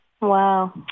Wow